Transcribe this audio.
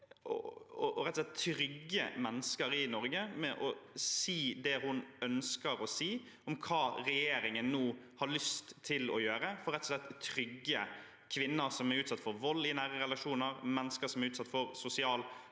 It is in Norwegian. til rett og slett å trygge mennesker i Norge ved å si det hun ønsker å si om hva regjeringen nå har lyst til å gjøre, rett og slett for å trygge kvinner som er utsatt for vold i nære relasjoner, og mennesker som er utsatt for sosial